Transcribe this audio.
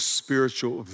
spiritual